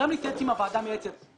גם להתייעץ עם הוועדה המייעצת.